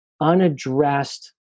unaddressed